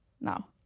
now